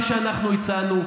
מה שאנחנו הצענו,